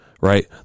right